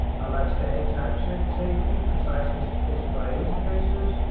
i like static type so safety, precisely specified interfaces.